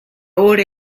ora